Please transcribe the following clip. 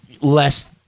less